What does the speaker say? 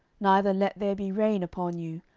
neither let there be rain, upon you,